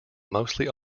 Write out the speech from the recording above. mostly